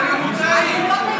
אבל הוא הלך לממוצעים.